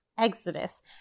Exodus